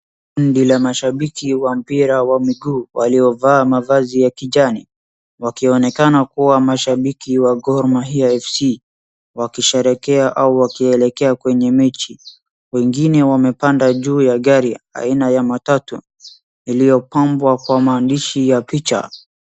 Kundi la mashabiki wa mpira wa miguu waliovaa mavazi ya kijani, wakionekana kuwa mashabiki wa Gor Mahia FC, wakisherehekea au wakielekea kwenye mechi, wengine wamepanda juu ya gari, aina ya matatu, iliyopambwa kwa maandishi ya picha